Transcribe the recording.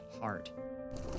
heart